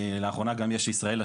ולאחרונה גם יש ישראל השלישית.